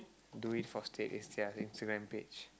do it for stead instead of Instagram page